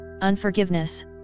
unforgiveness